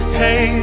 hey